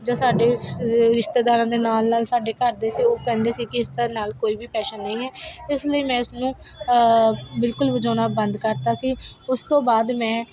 ਜਾਂ ਸਾਡੇ ਰਿਸ਼ਤੇਦਾਰਾਂ ਦੇ ਨਾਲ ਨਾਲ ਸਾਡੇ ਘਰ ਦੇ ਸੀ ਉਹ ਕਹਿੰਦੇ ਸੀ ਕਿ ਇਸਤਾ ਨਾਲ ਕੋਈ ਵੀ ਪੈਸ਼ਨ ਨਹੀਂ ਹੈ ਇਸ ਲਈ ਮੈਂ ਉਸਨੂੰ ਬਿਲਕੁਲ ਵਜਾਉਣਾ ਬੰਦ ਕਰਤਾ ਸੀ ਉਸ ਤੋਂ ਬਾਅਦ ਮੈਂ